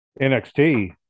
NXT